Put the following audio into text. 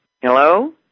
Hello